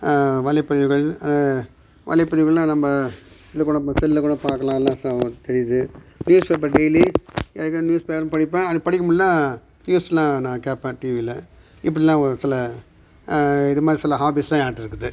வலைப்பதிவுகள் வலைப்பதிவுகள்னா நம்ம இதில் கூட செல்லுலக் கூட பார்க்கலாம் எல்லாம் தெரியுது news paper daily news paper படிப்பேன் அப்படி படிக்க முடியலன்னா நியூஸ்லாம் நான் கேட்பேன் டிவியில் இப்படில்லாம் ஒரு சில இதுமாதிரி சில ஹாபீஸ்லாம் என்ட்ட இருக்குது